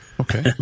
Okay